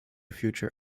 future